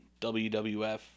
WWF